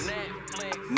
Netflix